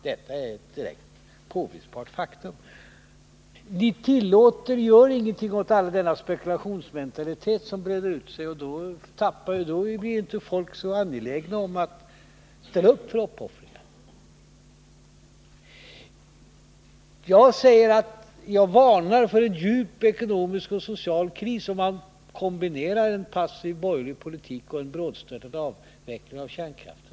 Detta är ett direkt påvisbart faktum. Ni gör ingenting åt denna spekulationsmentalitet som breder ut sig. Då blir ju inte folk så angelägna om att ställa upp när det gäller uppoffringar. Jag varnar för en djup ekonomisk och social kris om man kombinerar en passiv borgerlig politik och en brådstörtad avveckling av kärnkraften.